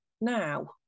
now